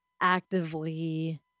actively